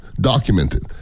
Documented